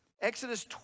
Exodus